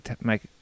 make